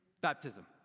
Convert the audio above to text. baptism